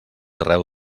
arreu